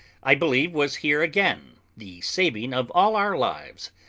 i believe was here again the saving of all our lives.